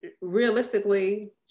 realistically